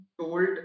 told